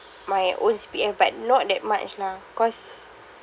my old C_P_F but not that much lah cause